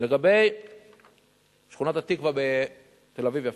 לגבי שכונת-התקווה בתל-אביב יפו: